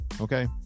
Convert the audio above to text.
Okay